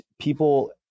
people